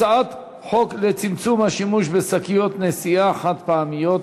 הצעת חוק לצמצום השימוש בשקיות נשיאה חד-פעמיות,